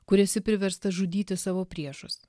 kur esi priverstas žudyti savo priešus